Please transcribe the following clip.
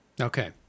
Okay